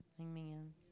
amen